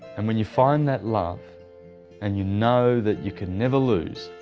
and when you find that love and you know that you can never lose,